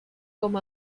com